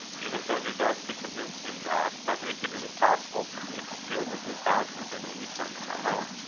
you have done your best to convince me of that, by making it impossible for me to feel that this house is in any sense my home.